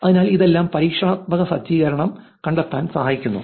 അതിനാൽ ഇതെല്ലാം പരീക്ഷണാത്മക സജ്ജീകരണം കണ്ടെത്താൻ സഹായിക്കുന്നു